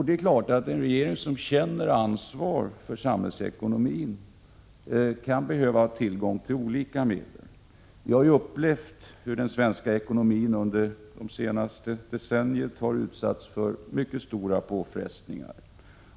Det är klart att en regering som känner ansvar för samhällsekonomin kan behöva ha tillgång till olika medel. Vi har upplevt hur den svenska ekonomin under det senaste decenniet utsatts för mycket stora påfrestningar.